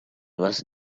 was